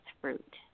fruit